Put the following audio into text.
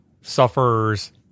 suffers